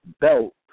belt